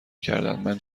کردندمن